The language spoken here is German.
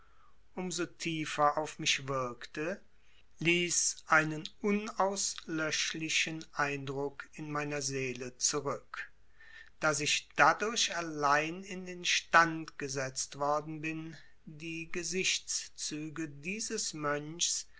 so tiefer auf mich wirkte ließ einen unauslöschlichen eindruck in meiner seele zurück daß ich dadurch allein in den stand gesetzt worden bin die gesichtszüge dieses mönchs